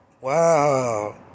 Wow